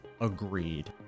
Agreed